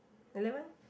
eleven